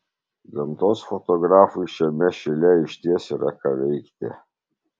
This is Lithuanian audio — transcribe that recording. gamtos fotografui šiame šile išties yra ką veikti